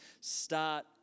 start